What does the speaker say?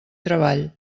treball